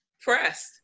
Pressed